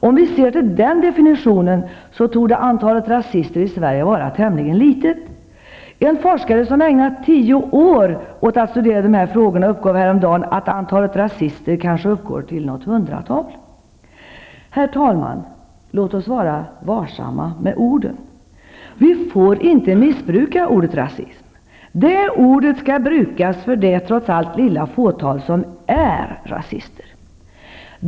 Om vi ser till den definitionen torde antalet rasister i Sverige vara tämligen litet. En forskare som ägnat tio år åt att studera dessa frågor uppgav häromdagen att antalet rasister kanske är något hundratal. Herr talman! Låt oss vara varsamma med orden. Vi får inte missbruka ordet rasism! Det ordet skall brukas för det trots allt lilla fåtal som är rasister.